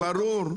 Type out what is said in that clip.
כן, ברור.